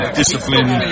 discipline